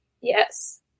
Yes